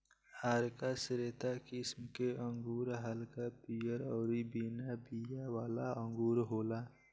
आरका श्वेता किस्म के अंगूर हल्का पियर अउरी बिना बिया वाला अंगूर होला